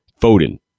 Foden